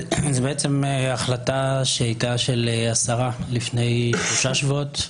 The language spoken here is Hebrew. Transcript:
זו החלטה שהייתה של השרה לפני שלושה שבועות.